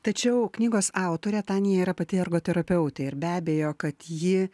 tačiau knygos autorė tanya yra pati ergoterapeutė ir be abejo kad ji